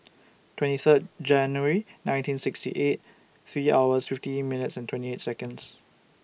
twenty Third January nineteen sixty eight three hours fifty minutes and twenty eight Seconds